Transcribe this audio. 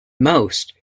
most